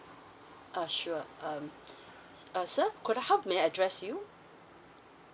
uh sure um sir could I how may I address you